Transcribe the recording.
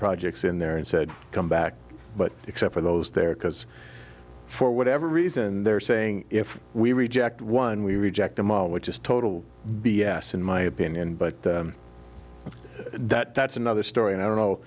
projects in there and said come back but except for those there because for whatever reason they're saying if we reject one we reject them all which is total b s in my opinion but that's another story and i don't know